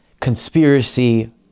conspiracy